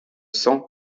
sens